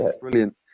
Brilliant